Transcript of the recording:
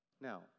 Now